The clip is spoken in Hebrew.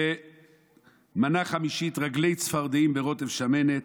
מנה חמישית, רגלי צפרדעים ברוטב שמנת.